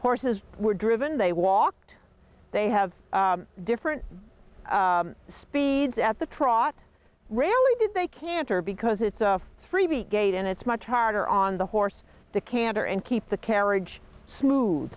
horses were driven they walked they have different speeds at the trot really did they canter because it's a freebie gait and it's much harder on the horse to canter and keep the carriage smooth